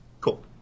Cool